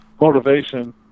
motivation